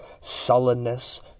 sullenness